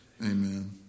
Amen